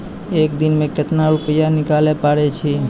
एक दिन मे केतना रुपैया निकाले पारै छी?